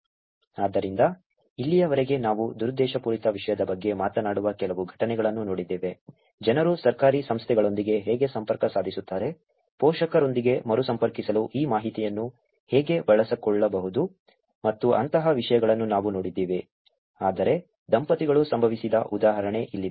ಆದ್ದರಿಂದ ಇಲ್ಲಿಯವರೆಗೆ ನಾವು ದುರುದ್ದೇಶಪೂರಿತ ವಿಷಯದ ಬಗ್ಗೆ ಮಾತನಾಡುವ ಕೆಲವು ಘಟನೆಗಳನ್ನು ನೋಡಿದ್ದೇವೆ ಜನರು ಸರ್ಕಾರಿ ಸಂಸ್ಥೆಗಳೊಂದಿಗೆ ಹೇಗೆ ಸಂಪರ್ಕ ಸಾಧಿಸುತ್ತಾರೆ ಪೋಷಕರೊಂದಿಗೆ ಮರುಸಂಪರ್ಕಿಸಲು ಈ ಮಾಹಿತಿಯನ್ನು ಹೇಗೆ ಬಳಸಿಕೊಳ್ಳಬಹುದು ಮತ್ತು ಅಂತಹ ವಿಷಯಗಳನ್ನು ನಾವು ನೋಡಿದ್ದೇವೆ ಆದರೆ ದಂಪತಿಗಳು ಸಂಭವಿಸಿದ ಉದಾಹರಣೆ ಇಲ್ಲಿದೆ